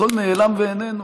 הכול נעלם ואיננו,